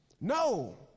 No